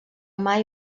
mai